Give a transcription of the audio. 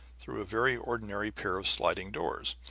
through a very ordinary pair of sliding doors,